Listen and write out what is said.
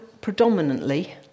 predominantly